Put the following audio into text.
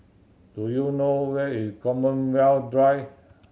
do you know where is Common Where Drive